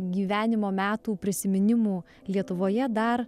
gyvenimo metų prisiminimų lietuvoje dar